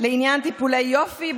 לעניין טיפולי יופי,